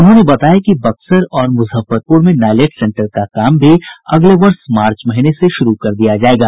उन्होंने बताया कि बक्सर और मुजफ्फरपुर में नाईलेट सेंटर का काम भी अगले वर्ष मार्च महीने से शुरू कर दिया जायेगा